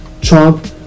Trump